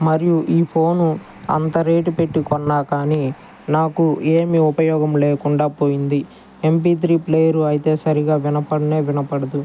మరియు ఈ ఫోను అంత రేటు పెట్టి కొన్నకానీ నాకు ఏమి ఉపయోగం లేకుండా పోయింది ఎంపీ త్రీ ప్లేయర్ అయితే సరిగ్గా వినపడనే వినపడదు